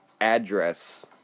address